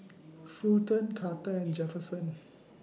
Fulton Carter and Jefferson